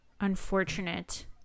unfortunate